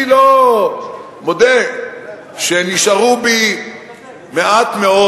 אני מודה שנשאר בי מעט מאוד